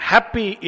Happy